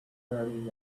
thirty